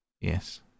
Yes